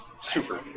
super